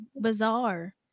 bizarre